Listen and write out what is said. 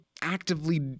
actively